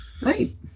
Right